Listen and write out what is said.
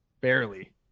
Barely